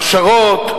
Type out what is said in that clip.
הכשרות,